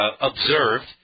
observed